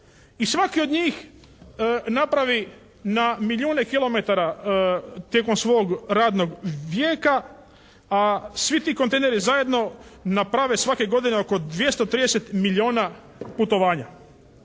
i svatko od njih napravi na milijune kilometara tijekom svog radnog vijeka, a svi ti kontejneri zajedno naprave svake godine oko 230 milijuna putovanja.